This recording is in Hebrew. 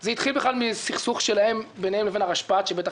זה התחיל בכלל מסכסוך בין היבואנים לבין הרשפ"ת שבטח